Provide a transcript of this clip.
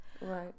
Right